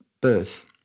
birth